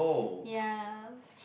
yea